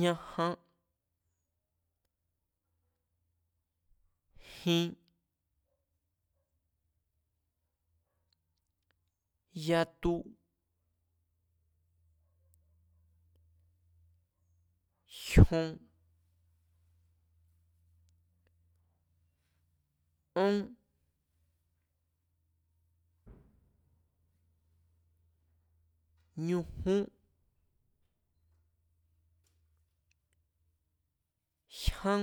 ñajan, jin, yatu, jyon, ón, ñujún, jyán